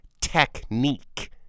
technique